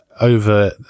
over